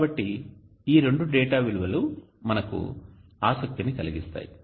కాబట్టి ఈ రెండు డేటా విలువలు మనకు ఆసక్తిని కలిగిస్తాయి